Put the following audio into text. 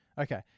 Okay